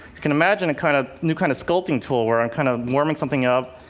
you can imagine a kind of new kind of sculpting tool, where i'm kind of warming something up,